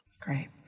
Great